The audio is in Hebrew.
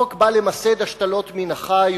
החוק בא למסד השתלות מן החי,